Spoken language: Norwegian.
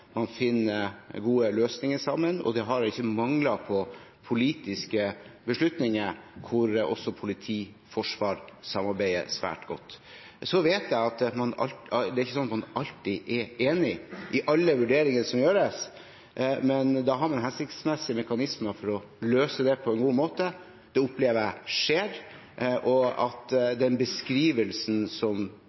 og det har ikke manglet på politiske beslutninger hvor også politi og forsvar samarbeider svært godt. Så vet jeg at man ikke alltid er enig i alle vurderinger som gjøres, men da har man hensiktsmessige mekanismer for å løse det på en god måte. Det opplever jeg at skjer, og at den beskrivelsen som